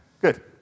Good